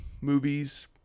movies